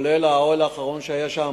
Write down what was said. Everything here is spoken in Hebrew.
כולל האוהל האחרון שהיה שם,